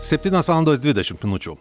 septynios valandos dvidešimt minučių